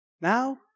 Now